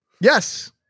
Yes